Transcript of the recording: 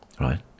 right